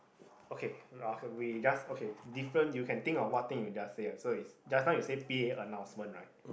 okay or we can just okay different you can think of what thing you just say ah so it's just now you say p_a announcement right